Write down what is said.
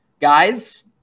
Guys